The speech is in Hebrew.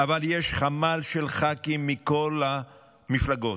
יש חמ"ל של ח"כים מכל המפלגות.